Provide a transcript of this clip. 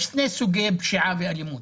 יש שני סוגי פשיעה ואלימות.